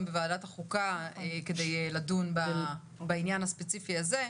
בוועדת החוקה כדי לדון בעניין הספציפי הזה.